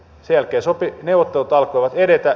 sen jälkeen neuvottelut alkoivat edetä